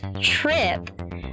trip